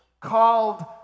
called